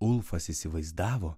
ulfas įsivaizdavo